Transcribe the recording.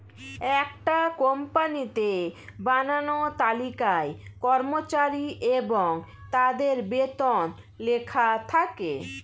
একটা কোম্পানিতে বানানো তালিকায় কর্মচারী এবং তাদের বেতন লেখা থাকে